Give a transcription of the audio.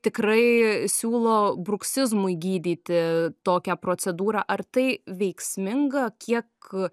tikrai siūlo bruksizmui gydyti tokią procedūrą ar tai veiksminga kiek